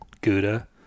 Gouda